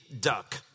Duck